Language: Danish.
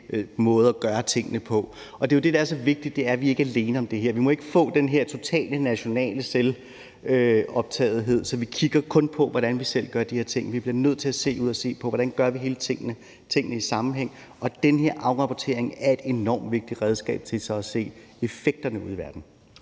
måde at gøre tingene på. Det er jo det, der er så vigtigt at sige, nemlig at vi ikke er alene om det her. Vi må ikke få den her totale nationale selvoptagethed, hvor vi kun kigger på, hvordan vi selv gør de her ting. Vi bliver nødt til at se ud og se på, hvordan vi gør alle tingene i en sammenhæng, og den her afrapportering er et enormt vigtigt redskab til så at se effekterne ude i verden.